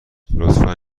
لطفا